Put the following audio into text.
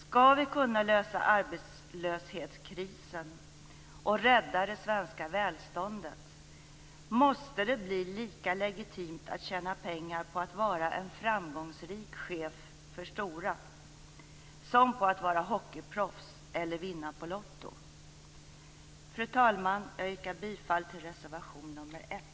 Skall vi kunna lösa arbetslöshetskrisen och rädda det svenska välståndet måste det bli lika legitimt att tjäna pengar på att vara en framgångsrik chef för Stora som på att vara hockeyproffs eller vinna på Lotto. Fru talman! Jag yrkar bifall till reservation 1.